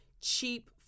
cheap